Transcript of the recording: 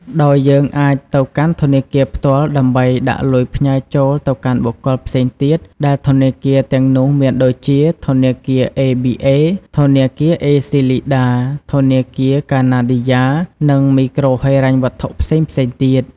ដោយយើងអាចទៅកាន់ធនាគារផ្ទាល់ដើម្បីដាក់លុយផ្ញើរទៅកាន់បុគ្គលផ្សេងទៀត ដែលធនាគារទាំងនោះមានដូចជា ធនាគារអេប៊ីអេ ធនាគារអេសុីលីដា ធនាគារកាណាឌីយ៉ានិងមីក្រូហិរញ្ញវត្ថុផ្សេងៗទៀត។